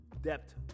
depth